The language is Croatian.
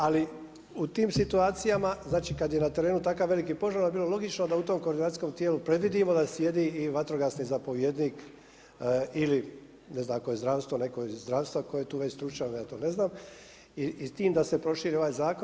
Ali u tim situacijama, znači kada je na terenu takav veliki požar onda bi bilo logično da u tom koordinacijskom tijelu predvidimo da sjedi i vatrogasni zapovjednik ili ne znam ako je zdravstvo, netko iz zdravstvo tko je tu već stručan, ja to ne znam i s time da se proširi ovaj zakon.